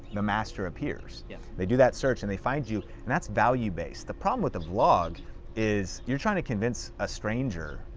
the master appears. yeah they do that search and they find you, and that's value based. the problem with the vlog is, you're trying to convince a stranger,